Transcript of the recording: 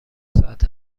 ساعت